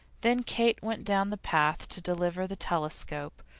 then kate went down the path to deliver the telescope,